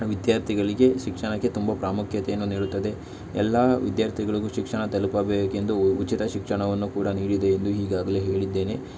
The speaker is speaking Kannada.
ವಿದ್ಯಾರ್ಥಿಗಳಿಗೆ ಶಿಕ್ಷಣಕ್ಕೆ ತುಂಬ ಪ್ರಾಮುಖ್ಯತೆಯನ್ನು ನೀಡುತ್ತದೆ ಎಲ್ಲ ವಿದ್ಯಾರ್ಥಿಗಳಿಗೂ ಶಿಕ್ಷಣ ತಲುಪಬೇಕೆಂದು ಉಚಿತ ಶಿಕ್ಷಣವನ್ನು ಕೂಡ ನೀಡಿದೆ ಎಂದು ಈಗಾಗಲೇ ಹೇಳಿದ್ದೇನೆ